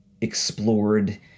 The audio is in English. explored